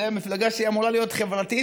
זו מפלגה שאמורה להיות חברתית,